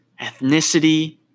ethnicity